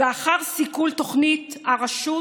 ואחר כך סיכול תוכנית הרשות